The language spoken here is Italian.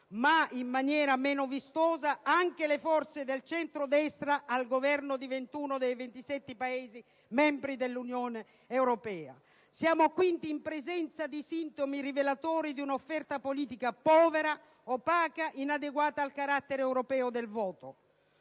ma in maniera meno vistosa anche le forze del centrodestra al Governo di 21 dei 27 Paesi membri dell'Unione europea. Siamo quindi in presenza di sintomi rivelatori di un'offerta politica povera, opaca, inadeguata al carattere europeo del voto.